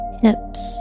hips